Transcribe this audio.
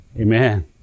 Amen